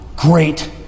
great